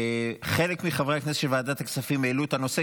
חלק מחברי הכנסת של ועדת הכספים העלו את הנושא,